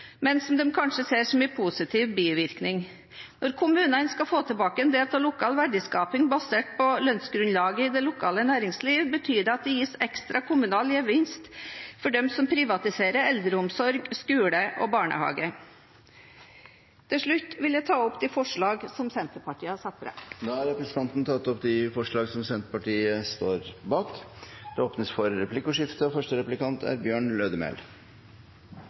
men som de kanskje ser som en positiv bivirkning. Når kommunene skal få tilbake en del av lokal verdiskaping basert på lønnsgrunnlaget i det lokale næringslivet, betyr det at det gis ekstra kommunal gevinst for dem som privatiserer eldreomsorg, skole og barnehage. Til slutt vil jeg ta opp det forslaget som Senterpartiet har satt fram, og de vi er sammen med andre om. Representanten Heidi Greni har tatt opp de forslagene hun refererte til. Det blir replikkordskifte. Ein samla komité slår fast at effektivisering, fornying og